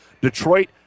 Detroit